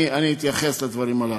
אני אתייחס לדברים הללו.